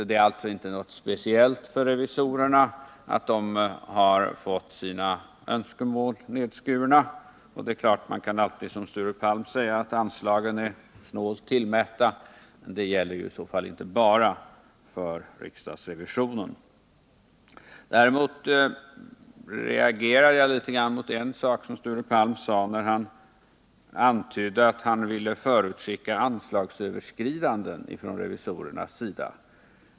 Det är alltså inte något speciellt för revisorerna att de inte fått sina önskemål tillgodosedda. Man kan naturligtvis, som Sture Palm gjorde, säga att anslagen är snålt tillmätta, men det gäller i så fall inte bara för riksdagsrevisionen. Däremot reagerade jag litet grand när Sture Palm antydde att anslagsöverskridanden kunde förutses inom riksdagsrevisionen.